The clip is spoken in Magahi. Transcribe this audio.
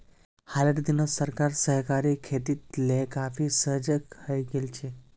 हालेर दिनत सरकार सहकारी खेतीक ले काफी सजग हइ गेल छेक